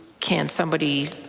can somebody